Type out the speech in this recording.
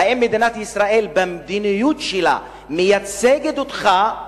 האם מדינת ישראל, במדיניות שלה מייצגת אותך?